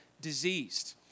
diseased